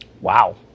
Wow